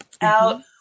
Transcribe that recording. out